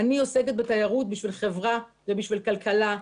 אלא בשביל חברה ובשביל כלכלה.